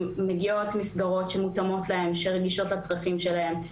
מגיעות מסגרות שמותאמות להם ורגישות לצרכים שלהם,